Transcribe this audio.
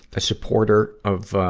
a supporter of, ah,